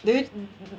do you